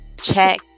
check